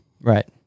Right